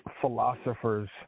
philosophers